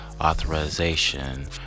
authorization